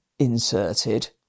inserted